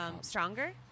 stronger